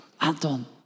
Anton